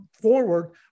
forward